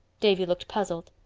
davy looked puzzled.